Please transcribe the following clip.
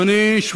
אדוני,